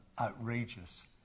outrageous